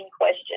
question